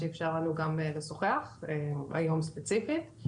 שאפשר לנו לשוחח היום ספציפית.